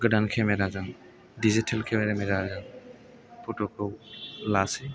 गोदान केमेरा जों digital camera जों फट' खौ लासै